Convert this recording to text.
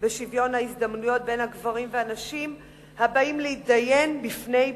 בשוויון ההזדמנויות בין גברים ונשים הבאים להתדיין בפני בתי-הדין.